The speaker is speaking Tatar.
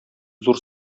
зур